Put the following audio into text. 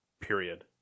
Period